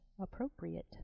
appropriate